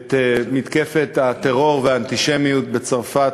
את מתקפת הטרור והאנטישמיות בצרפת,